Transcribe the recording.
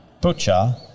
butcher